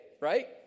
right